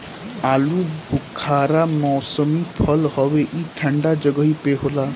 आलूबुखारा मौसमी फल हवे ई ठंडा जगही पे होला